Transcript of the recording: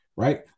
right